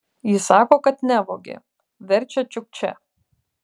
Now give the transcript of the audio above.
jis sako kad nevogė verčia čiukčia